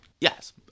Yes